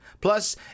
Plus